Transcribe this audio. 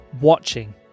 watching